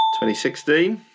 2016